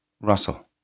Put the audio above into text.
Russell